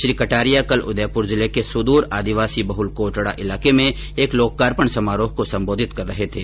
श्री कटारिया कल उदयपुर जिले के सुदूर आदिवासी बहुल कोटडा इलाके में एक लोकार्पण समारोह को संबोधित कर रहे थे